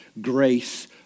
grace